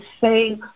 say